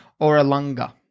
Oralunga